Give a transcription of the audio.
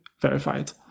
verified